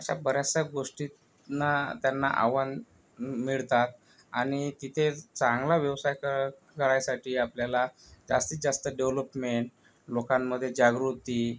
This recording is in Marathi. अशा बऱ्याचश्या गोष्टींना त्यांना आव्हान म मिळतात आणि तिथे चांगला व्यवसाय कर करायसाठी आपल्याला जास्तीत जास्त डेव्हलोपमेंट लोकांमध्ये जागृती